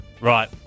Right